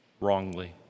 wrongly